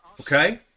Okay